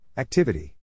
Activity